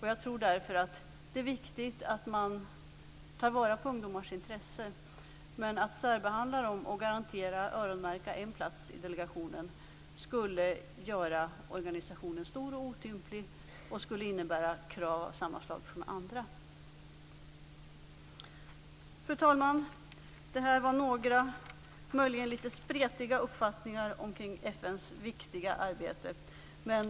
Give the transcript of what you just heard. Jag tror att det är viktigt att man tar vara på ungdomars intresse, men att särbehandla dem och öronmärka en plats i delegationen skulle göra organisationen stor och otymplig och skulle innebära krav av samma slag från andra. Fru talman! Det här var några, möjligen litet spretiga, uppfattningar om FN:s viktiga arbete.